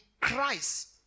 Christ